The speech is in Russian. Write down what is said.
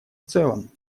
целом